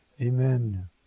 Amen